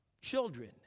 children